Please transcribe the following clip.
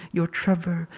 your trevor.